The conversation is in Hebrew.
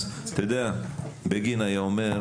אם זה מתוכנן, אז אתה יודע, בגין היה אומר: